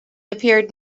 appeared